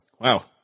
Wow